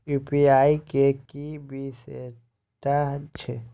UPI के कि विषेशता छै?